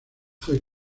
fue